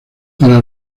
para